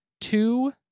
two